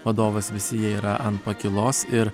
vadovas visi jie yra ant pakylos ir